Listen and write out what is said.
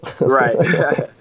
Right